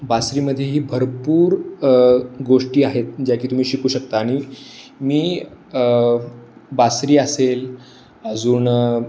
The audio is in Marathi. बासरीमध्ये ही भरपूर गोष्टी आहेत ज्या की तुम्ही शिकू शकता आणि मी बासरी असेल अजून